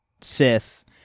Sith